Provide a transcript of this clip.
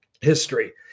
history